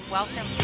Welcome